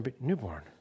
newborn